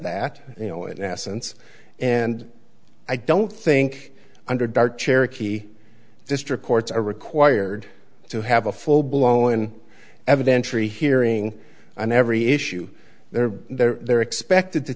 that you know in essence and i don't think underdark cherokee district courts are required to have a full blown evidentiary hearing on every issue they're there they're expected to